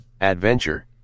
Adventure